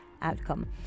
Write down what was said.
outcome